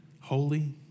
holy